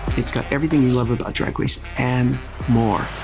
it's got everything you love about drag race and more.